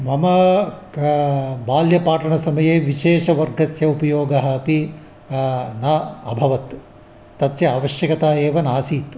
मम का बाल्ये पाठनसमये विशेषवर्गस्य उपयोगः अपि न अभवत् तस्य आवश्यकता एव नासीत्